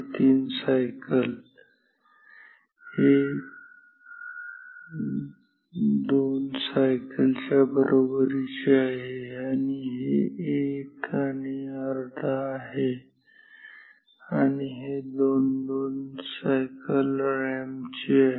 5 cycle हे २ cycle च्या बरोबरीचे आहे हे 1 आणि अर्धा आहे आणि हे 2 2 सायकल रॅम्प चे आहे